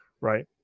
right